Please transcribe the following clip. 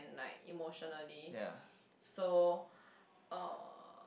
like emotionally so uh